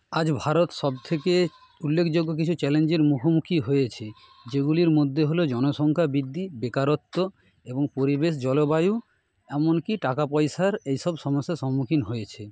আজ ভারত সবথেকে উল্লেখযোগ্য কিছু চ্যালেঞ্জের মুখোমুখি হয়েছে যেগুলির মধ্যে হলো জনসংখ্যা বৃদ্ধি বেকারত্ব এবং পরিবেশ জলবায়ু এমনকি টাকা পয়সার এইসব সমস্যার সম্মুখীন হয়েছে